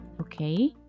Okay